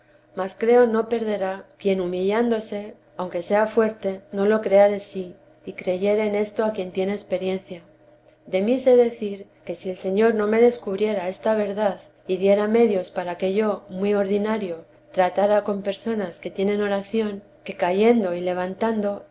mas creo no perderá quien humillándose aunque sea fuerte no lo crea de sí y creyere en esto a quien tiene experiencia de mí sé decir que si el señor no me descubriera esta verdad y diera medios para que yo muy ordinario tratara con personas que tienen oración que cayendo y levantando